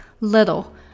Little